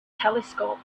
telescope